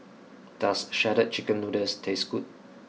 does shredded chicken noodles taste good